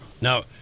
Now